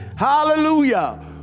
hallelujah